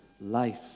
life